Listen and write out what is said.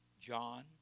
John